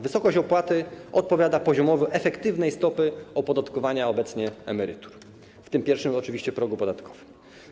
Wysokość opłaty odpowiada poziomowi efektywnej stopy opodatkowania obecnie emerytur w pierwszym, oczywiście, progu podatkowym.